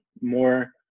more